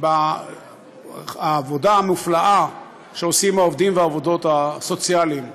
מהעבודה המופלאה שעושים העובדים והעובדות הסוציאליים,